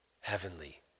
heavenly